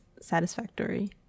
satisfactory